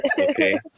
okay